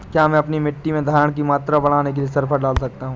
क्या मैं अपनी मिट्टी में धारण की मात्रा बढ़ाने के लिए सल्फर डाल सकता हूँ?